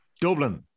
Dublin